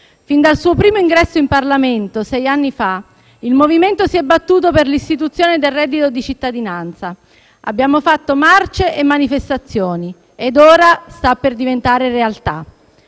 Fin dal suo primo ingresso in Parlamento, sei anni fa, il MoVimento si è battuto per l'istituzione del reddito di cittadinanza. Abbiamo fatto marce e manifestazioni, ed ora sta per diventare realtà.